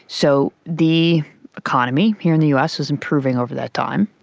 so the economy here in the us was improving over that time,